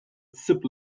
zip